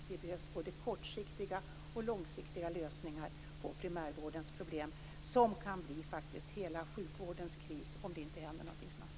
Det behövs både kortsiktiga och långsiktiga lösningar på primärvårdens problem, som kan bli hela sjukvårdens kris om det inte händer någonting snart.